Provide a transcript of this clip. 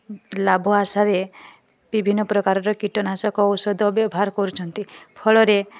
ଲାଭ ଆଶାରେ ବିଭିନ୍ନ ପ୍ରକାରର କୀଟନାଶକ ଔଷଧ ବ୍ୟବହାର କରୁଛନ୍ତି ଫଳରେ